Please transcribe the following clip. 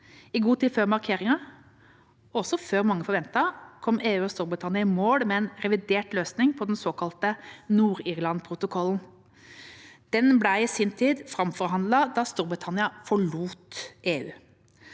I god tid før markeringen, og før mange forventet, kom EU og Storbritannia i mål med en revidert løsning på den såkalte Nord-Irland-protokollen. Den ble i sin tid framforhandlet da Storbritannia forlot EU.